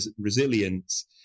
resilience